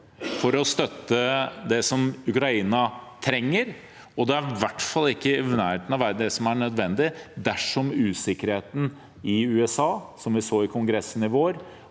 for å støtte Ukraina med det de trenger, og det er i hvert fall ikke i nærheten av å være det som er nødvendig dersom usikkerheten i USA, som vi så i kongressen i vår,